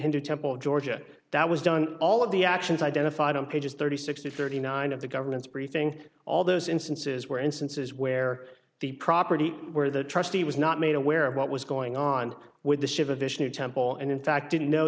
hindu temple georgia that was done all of the actions identified on pages thirty six to thirty nine of the government's briefing all those instances were instances where the property where the trustee was not made aware of what was going on with the ship of this new temple and in fact didn't know